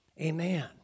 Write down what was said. Amen